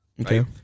Okay